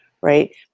right